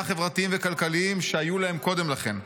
חברתיים וכלכליים שהיו להם קודם לכן.